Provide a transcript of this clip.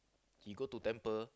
he go to temple